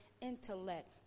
intellect